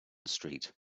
street